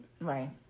Right